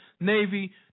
Navy